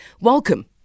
Welcome